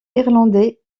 irlandais